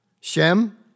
Shem